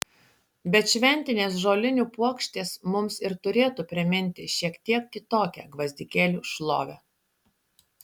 bet šventinės žolinių puokštės mums ir turėtų priminti šiek tiek kitokią gvazdikėlių šlovę